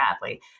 badly